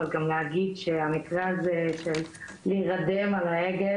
אבל להגיד גם שהמקרה הזה של להירדם על ההגה,